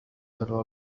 تلو